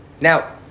Now